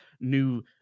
new